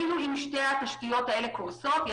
אם שתי התשתיות האלה קורסות,